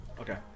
Okay